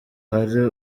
hari